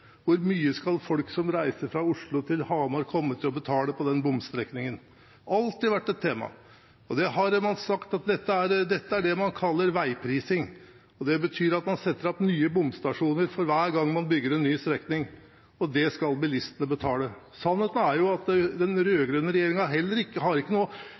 hvor mye folk som reiser fra Oslo til Hamar, skal komme til å betale på den bomstrekningen. Det har alltid vært et tema. Man har sagt at det er dette man kaller veiprising. Det betyr at man setter opp nye bomstasjoner for hver gang man bygger en ny strekning, og det skal bilistene betale. Sannheten er at heller ikke den rød-grønne regjeringen har noe å skryte av, for de har jo